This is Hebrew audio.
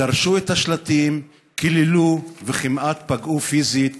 דרשו את השלטים, קיללו וכמעט פגעו פיזית בשניהם.